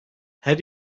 her